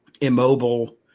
immobile